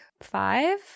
five